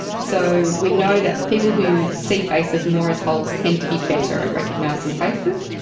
so we know that people who see faces more as wholes tend to be better at recognising faces.